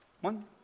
One